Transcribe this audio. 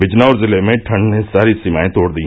बिजनौर जिले में ठण्ड ने सारी सीमाए तोड़ दी